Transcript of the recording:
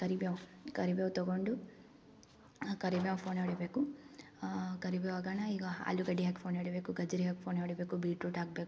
ಕರಿಬೇವು ಕರಿಬೇವು ತಗೊಂಡು ಆ ಕರಿಬೇವು ಫೋನೆ ಹೊಡಿಬೇಕು ಕರಿಬೇವು ಆಗೋಣ ಈಗ ಆಲುಗಡ್ಡೆ ಹಾಕಿ ಫೋನೆ ಹೊಡಿಬೇಕು ಗೆಜ್ಜರಿ ಹಾಕಿ ಫೋನೆ ಹೊಡಿಬೇಕು ಬೀಟ್ರೋಟ್ ಹಾಕ್ಬೇಕು